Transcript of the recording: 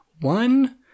One